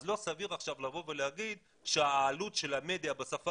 אז לא סביר עכשיו להגיד שהעלות של המדיה בשפה